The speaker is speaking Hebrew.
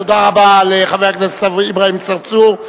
תודה רבה לחבר הכנסת אברהים צרצור.